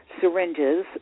syringes